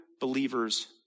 believers